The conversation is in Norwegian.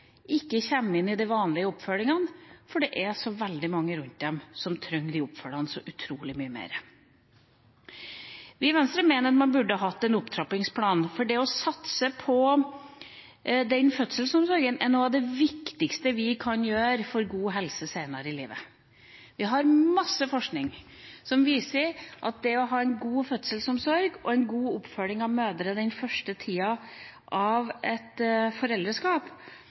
ikke kommer inn i den vanlige oppfølgingen, for det er så veldig mange rundt dem som trenger den oppfølgingen så utrolig mye mer. Vi i Venstre mener man burde hatt en opptrappingsplan, for det å satse på fødselsomsorg er noe av det viktigste vi kan gjøre for god helse senere i livet. Vi har mye forskning som viser at det å ha en god fødselsomsorg og en god oppfølging av mødre den første tida av et foreldreskap